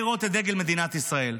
רוצה לראות את דגל מדינת ישראל.